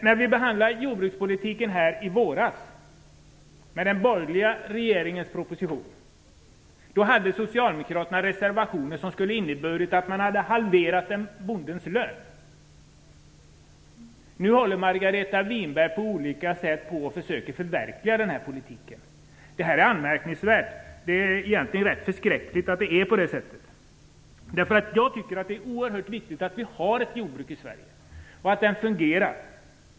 När vi behandlade den borgerliga regeringens proposition om jordbrukspolitiken i våras hade socialdemokraterna reservationer som skulle ha inneburit en halvering av bondens lön. Nu försöker Margareta Winberg på olika sätt att förverkliga denna politik. Det är anmärkningsvärt. Det är egentligen förskräckligt. Det är oerhört viktigt att det finns ett jordbruk i Sverige och att det fungerar.